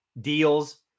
deals